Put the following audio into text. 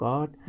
God